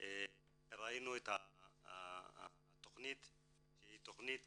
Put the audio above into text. ראינו את התכנית שהיא תכנית